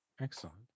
Excellent